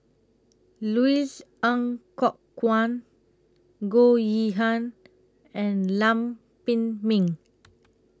Louis Ng Kok Kwang Goh Yihan and Lam Pin Min